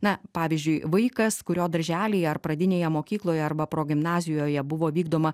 na pavyzdžiui vaikas kurio darželyje ar pradinėje mokykloje arba progimnazijoje buvo vykdoma